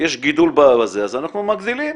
יש גידול בזה אנחנו מגדילים,